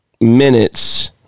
minutes